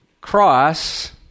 cross